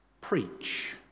preach